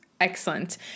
excellent